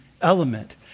element